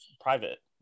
private